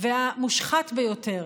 והמושחת ביותר.